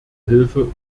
hilfe